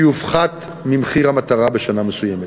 שיופחת ממחיר המטרה בשנה מסוימת.